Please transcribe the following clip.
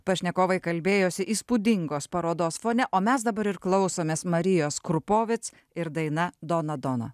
pašnekovai kalbėjosi įspūdingos parodos fone o mes dabar ir klausomės marijos krupovec ir daina dona dona